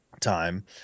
time